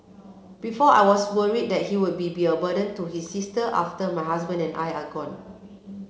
before I was worried that he would be a burden to his sister after my husband and I are gone